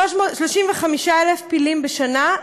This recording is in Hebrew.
זה 35,000 פילים בשנה,